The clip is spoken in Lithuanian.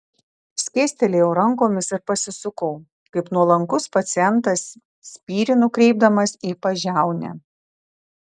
skėstelėjau rankomis ir pasisukau kaip nuolankus pacientas spyrį nukreipdamas į pažiaunę